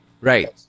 Right